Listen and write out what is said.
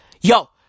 Yo